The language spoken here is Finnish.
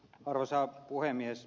arvoisa puhemies